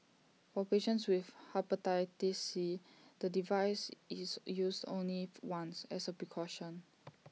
for patients with Hepatitis C the device is used only once as A precaution